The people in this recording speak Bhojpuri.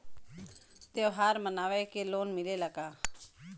त्योहार मनावे के लोन मिलेला का?